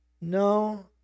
No